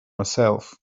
myself